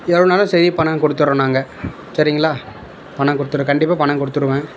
எவ்வளோ வேணால் சரி பணம் கொடுத்துர்றோம் நாங்கள் சரிங்களா பணம் கொடுத்துரு கண்டிப்பாக பணம் காெடுத்துருவேன்